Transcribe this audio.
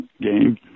game